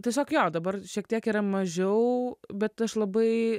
tiesiog jo dabar šiek tiek yra mažiau bet aš labai